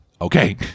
Okay